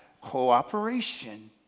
Cooperation